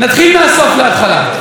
נתחיל מהסוף להתחלה: